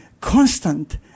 constant